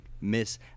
miss